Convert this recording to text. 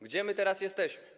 Gdzie my teraz jesteśmy?